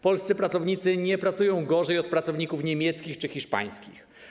Polscy pracownicy nie pracują gorzej od pracowników niemieckich czy hiszpańskich.